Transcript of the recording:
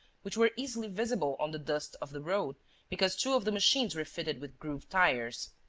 which were easily visible on the dust of the road because two of the machines were fitted with grooved tires.